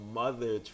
mother